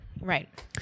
right